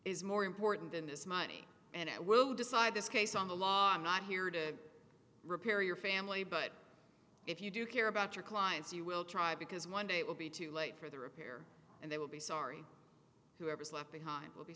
is more important than this money and it will decide this case on the law i'm not here to repair your family but if you do care about your clients you will try because one day it will be too late for the repair and they will be sorry whoever's left behind will be